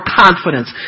confidence